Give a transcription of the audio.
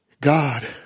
God